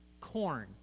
corn